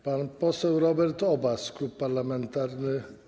Pan poseł Robert Obaz, klub parlamentarny.